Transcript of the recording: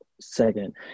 second